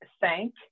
thank